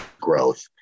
growth